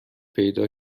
پیدا